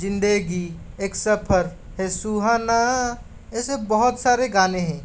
ज़िंदगी एक सफ़र है सुहाना ऐसे बहुत सारे गाने हैं